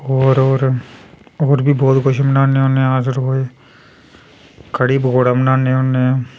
होर होर होर बी बोह्त कुछ बनाने होन्ने अस रोज कड़ी पकोड़ा बनाने होन्ने